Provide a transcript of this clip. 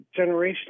generational